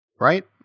Right